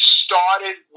started